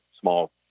small